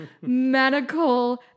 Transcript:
medical